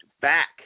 back